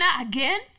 again